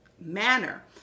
manner